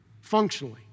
functionally